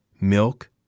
milk